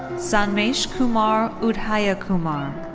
sanmeshkumar udhayakumar.